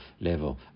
level